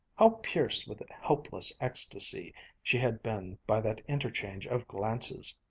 how pierced with helpless ecstasy she had been by that interchange of glances!